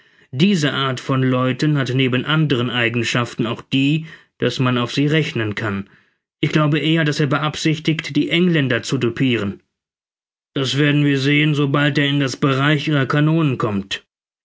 diese art von leuten hat neben anderen eigenschaften auch die daß man auf sie rechnen kann ich glaube eher daß er beabsichtigt die engländer zu düpiren das werden wir sehen sobald er in das bereich ihrer kanonen kommt